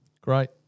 Great